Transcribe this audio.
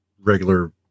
regular